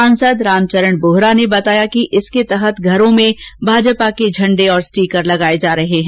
सांसद रामचरण बोहरा ने बताया कि इसके तहत घरों में भाजपा के झण्डे तथा स्टीकर लगाये जा रहे है